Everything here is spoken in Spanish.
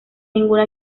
ninguna